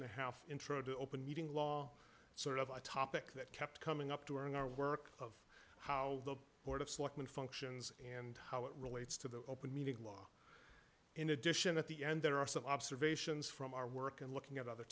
and a half intro to open meeting law sort of a topic that kept coming up during our work of how the board of selectmen functions and how it relates to the open meetings law in addition at the end there are some observations from our work and looking at other